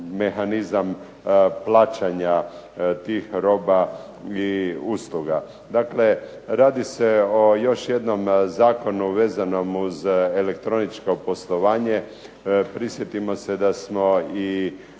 mehanizam plaćanja tih roba i usluga. Dakle, radi se o još jednom zakonu vezanom uz elektroničko poslovanje. Prisjetimo se da smo i